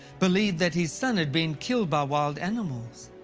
believed that his son had been killed by wild animals,